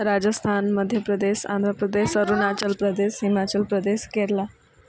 Rajasthan Madhya Pradesh Andhra Pradesh Arunachal Pradesh Himachal Pradesh Kerala